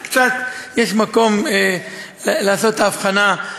יש מקום לעשות את ההבחנה.